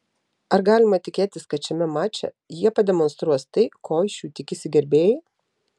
ar galima tikėtis kad šiame mače jie pademonstruos tai ko iš jų tikisi gerbėjai